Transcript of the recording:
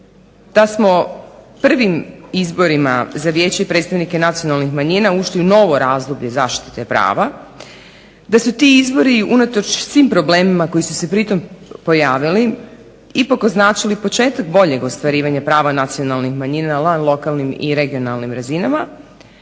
da smo prvim izborima za vijeće i predstavnike nacionalnih manjina ušli u novo razdoblje zaštite prava da su ti izbori unatoč svim problemima koji su se pri tome pojavili ipak označili početak boljeg ostvarivanja prava nacionalnih manjina na lokalnim i regionalnim razinama,